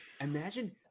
Imagine